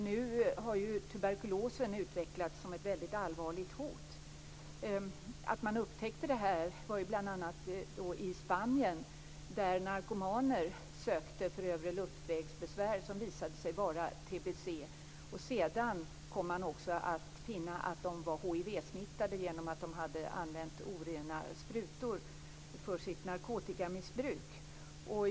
Nu har tuberkulosen utvecklats som ett mycket allvarligt hot. Man upptäckte detta bl.a. i Spanien, där narkomaner sökte för övre luftvägsbesvär som visade sig vara tbc. Sedan kom man också att finna att de var hivsmittade i och med att de använt orena sprutor för sitt narkotikamissbruk.